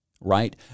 right